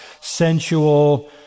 sensual